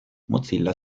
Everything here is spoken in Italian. mozilla